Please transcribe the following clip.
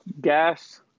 gas